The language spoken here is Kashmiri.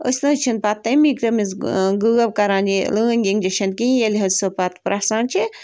أسۍ نہٕ حظ چھِنہٕ پَتہٕ تَمی تٔمِس گٲو کَران یہِ لٲنٛگۍ اِنجَشَن کِہیٖنۍ ییٚلہِ حظ سُہ پَتہٕ پرٛسان چھِ